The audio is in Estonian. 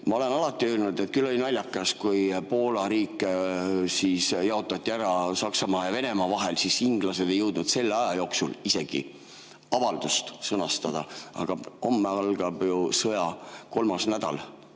Ma olen alati öelnud, et küll oli naljakas, kui Poola riik jaotati ära Saksamaa ja Venemaa vahel ning inglased ei jõudnud selle aja jooksul isegi avaldust sõnastada. Aga homme algab ju sõja kolmas nädal